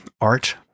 Art